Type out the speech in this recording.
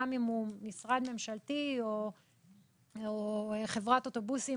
גם אם הוא משרד ממשלתי או חברת אוטובוסים